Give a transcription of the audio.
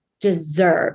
deserve